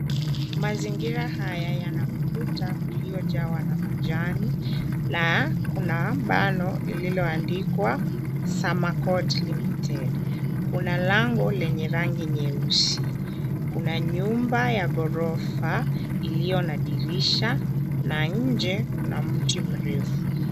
Mzingira haya yana ukuta uliojawa na majani na kuna bango lililoandikwa summer court Limited . Kuna rango lenye rangi nyeusi. Kuna nyumba ya ghorofa iliyo na dirisha na nje kuna mti mrefu.